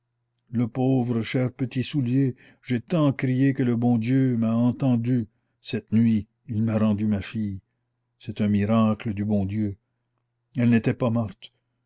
le pauvre cher petit soulier j'ai tant crié que le bon dieu m'a entendue cette nuit il m'a rendu ma fille c'est un miracle du bon dieu elle n'était pas morte